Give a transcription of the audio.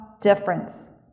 difference